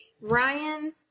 Ryan